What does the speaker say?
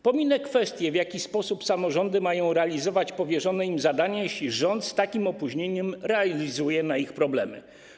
Pominę kwestię, w jaki sposób samorządy mają realizować powierzone im zadanie, jeśli rząd z takim opóźnieniem reaguje na ich problemy.